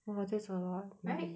!wah! that's a lot right